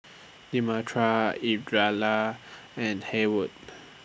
Demetria and Haywood